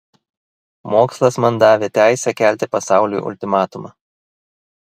mokslas man davė teisę kelti pasauliui ultimatumą